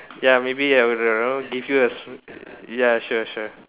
ya maybe I would you know give you a ya sure sure